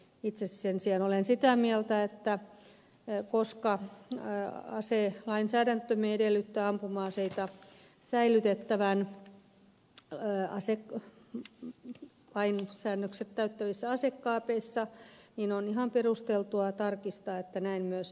itse sen sijaan olen sitä mieltä että koska aselainsäädäntömme edellyttää ampuma aseita säilytettävän lain säännökset täyttävissä asekaapeissa niin on ihan perusteltua tarkistaa että näin myös tehdään